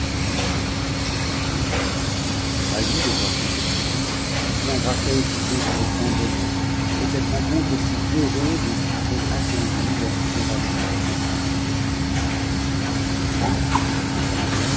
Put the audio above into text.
le roi de la chine ravi de voir son petit-fils l'embrassa aussitôt tri tendrement et cette rencontre si heureuse et si peu attendue leur tira des larmes de part et d'autre sur la demande qu'il